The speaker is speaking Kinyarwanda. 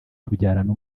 tubyarana